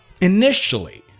initially